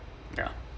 ya